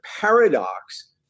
paradox